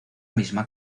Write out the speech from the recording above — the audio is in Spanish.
misma